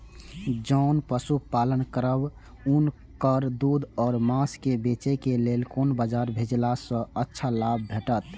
जोन पशु पालन करब उनकर दूध व माँस के बेचे के लेल कोन बाजार भेजला सँ अच्छा लाभ भेटैत?